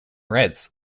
reds